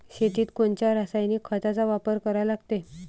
शेतीत कोनच्या रासायनिक खताचा वापर करा लागते?